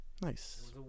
Nice